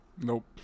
Nope